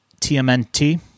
TMNT